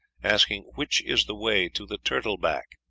asking which is the way to the turtle-back,